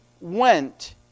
went